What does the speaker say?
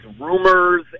rumors